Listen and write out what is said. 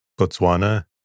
Botswana